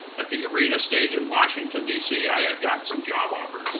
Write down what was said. at the arena stage in washington, dc. i had got some job offers.